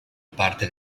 parte